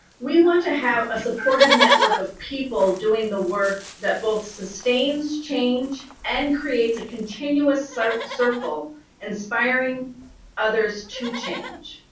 we want to have a supportive network of people doing the work that both sustains change and creates a continuous so circle inspiring others to change.